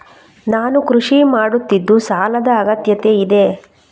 ನಾನು ಕೃಷಿ ಮಾಡುತ್ತಿದ್ದು ಸಾಲದ ಅಗತ್ಯತೆ ಇದೆ?